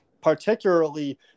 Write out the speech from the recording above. particularly